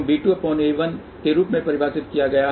S21 को b2a1 के रूप में परिभाषित किया गया है